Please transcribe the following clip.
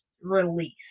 release